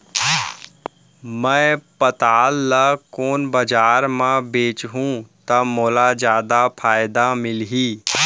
मैं पताल ल कोन बजार म बेचहुँ त मोला जादा फायदा मिलही?